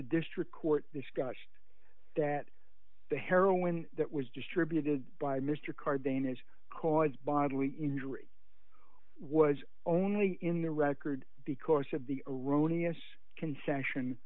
the district court discussed that the heroin that was distributed by mr cardenas cause bodily injury was only in the record because of the erroneous concession